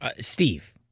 Steve